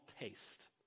taste